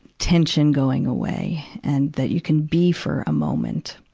tension going away, and that you can be for a moment.